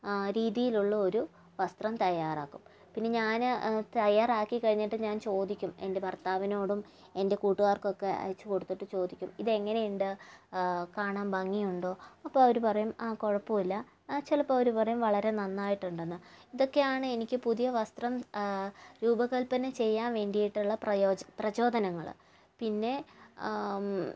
ആ രീതിയിലുള്ള ഒരു വസ്ത്രം തയ്യാറാക്കും പിന്നെ ഞാന് തയ്യാറാക്കി കഴിഞ്ഞിട്ട് ഞാൻ ചോദിക്കും എൻ്റെ ഭർത്താവിനോടും എൻ്റെ കൂട്ടുകാർക്കൊക്കെ അയച്ചു കൊടുത്തിട്ട് ചോദിക്കും ഇതെങ്ങനെ ഉണ്ട് കാണാൻ ഭംഗിയുണ്ടോ അപ്പോൾ അവര് പറയും ആ കുഴപ്പമില്ല ചിലപ്പോൾ അവര് പറയും വളരെ നന്നായിട്ടുണ്ടെന്ന് ഇതൊക്കെയാണ് എനിക്ക് പുതിയ വസ്ത്രം രൂപകൽപ്പന ചെയ്യാൻ വേണ്ടീട്ടുള്ള പ്രയോജന പ്രചോദനങ്ങള് പിന്നെ